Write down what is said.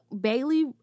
Bailey